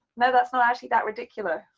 no that's not actually that ridiculous.